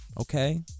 Okay